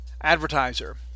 advertiser